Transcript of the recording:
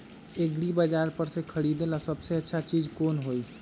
एग्रिबाजार पर से खरीदे ला सबसे अच्छा चीज कोन हई?